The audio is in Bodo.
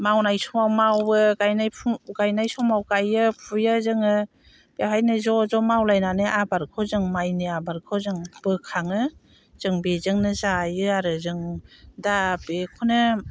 मावनाय समाव मावो गायनाय समाव गायो फुयो जोङो बेवहायनो ज' ज' मावलायनानै आबदखौ जों माइनि आबादखौ जों बोखाङो जों बेजोंनो जायो आरो जों दा बेखौनो